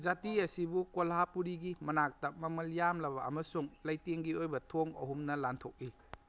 ꯖꯥꯇꯤ ꯑꯁꯤꯕꯨ ꯀꯣꯜꯍꯥꯄꯨꯔꯤꯒꯤ ꯃꯅꯥꯛꯇ ꯃꯃꯜ ꯌꯥꯝꯂꯕ ꯑꯃꯁꯨꯡ ꯂꯩꯇꯦꯡꯒꯤ ꯑꯣꯏꯕ ꯊꯣꯡ ꯑꯍꯨꯝꯅ ꯂꯥꯟꯊꯣꯛꯏ